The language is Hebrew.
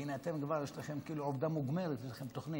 והינה כבר יש לכם עובדה מוגמרת, יש לכם תוכנית.